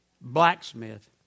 blacksmith